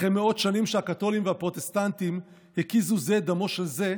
אחרי מאות שנים שהקתולים והפרוטסטנטים הקיזו זה את דמו של זה,